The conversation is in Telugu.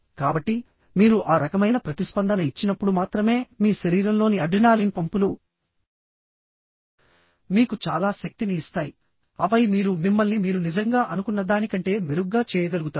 కాబట్టి మీరు ఆ రకమైన ప్రతిస్పందన ఇచ్చినప్పుడు మాత్రమే మీ శరీరంలోని అడ్రినాలిన్ పంపులు మీకు చాలా శక్తిని ఇస్తాయి ఆపై మీరు మిమ్మల్ని మీరు నిజంగా అనుకున్న దానికంటే మెరుగ్గా చేయగలుగుతారు